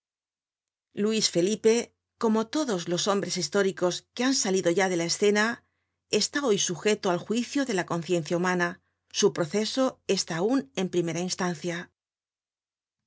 luis felipe como todos los hombres históricos que han salido ya de la escena está hoy sujeto al juicio de la conciencia humana su proceso está aun en primera instancia